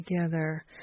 together